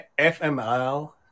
FML